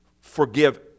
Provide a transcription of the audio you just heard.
forgive